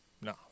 No